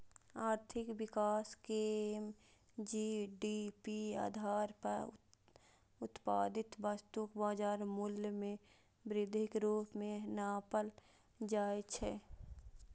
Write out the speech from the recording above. आर्थिक विकास कें जी.डी.पी आधार पर उत्पादित वस्तुक बाजार मूल्य मे वृद्धिक रूप मे नापल जाइ छै